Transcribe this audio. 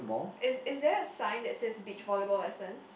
is is there a sign that says beach volleyball lessons